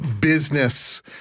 business